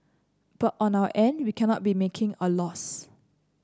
but on our end we cannot be making a loss